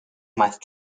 meist